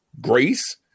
Grace